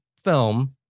film